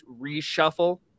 reshuffle